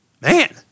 Man